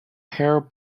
hair